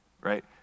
right